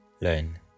learn